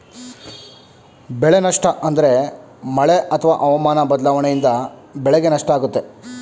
ಬೆಳೆ ನಷ್ಟ ಅಂದ್ರೆ ಮಳೆ ಅತ್ವ ಹವಾಮನ ಬದ್ಲಾವಣೆಯಿಂದ ಬೆಳೆಗೆ ನಷ್ಟ ಆಗುತ್ತೆ